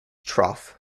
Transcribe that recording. trough